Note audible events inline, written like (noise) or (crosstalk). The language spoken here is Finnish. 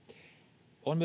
on (unintelligible)